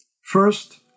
First